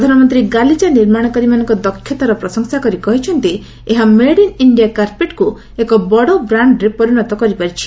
ପ୍ରଧାନମନ୍ତ୍ରୀ ଗାଲିଚା ନିର୍ମାଣକାରୀମାନଙ୍କ ଦକ୍ଷତାର ପ୍ରଶଂସା କରି କହିଛନ୍ତି ଏହା ମେଡ୍ ଇନ୍ ଇଣ୍ଡିଆ କାର୍ପେଟକୁ ଏକ ବଡ ବ୍ରାଣ୍ଡରେ ପରିଣତ କରିପାରିଛି